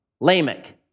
Lamech